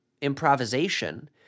improvisation